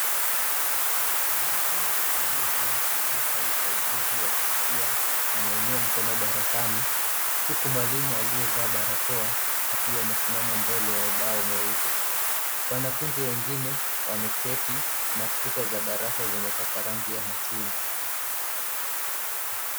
Mwanafunzi aliyevaa kifaa cha usaidizi wa kusikia anainua mkono darasani huku mwalimu aliyevaa barakoa akiwa amesimama mbele ya ubao mweupe. Wanafunzi wengine wameketi na kuta za darasa zimepakwa rangi ya machungwa.